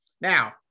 Now